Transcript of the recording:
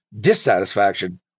dissatisfaction